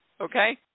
Okay